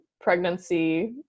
pregnancy